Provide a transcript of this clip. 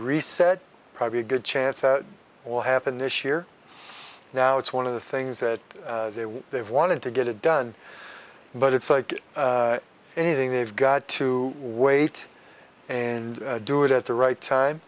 reset probably a good chance that will happen this year now it's one of the things that they've wanted to get it done but it's like anything they've got to wait and do it at the right time